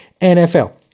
NFL